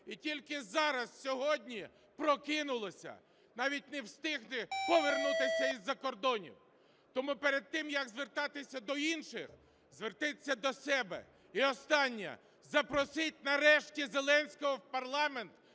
І тільки зараз, сьогодні прокинулися. Навіть не встигли повернутися з-за кордонів. Тому перед тим, як звертатися до інших, зверніться до себе. І останнє. Запросіть нарешті Зеленського в парламент